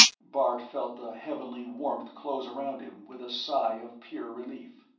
bart felt the heavenly warmth close around him with a sigh of pure relief,